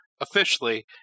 officially